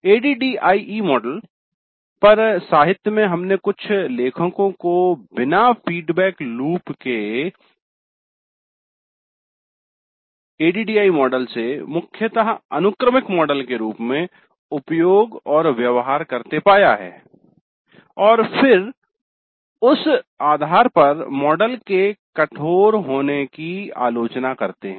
ADDIE model पर साहित्य में हमने कुछ लेखकों को बिना feedback loop के एडीडीआईई मॉडल को मुख्यतः अनुक्रमिक मॉडल के रूप में उपयोग और व्यवहार करते पाया है और फिर उस आधार पर मॉडल के बहुत कठोर होने की आलोचना करते हैं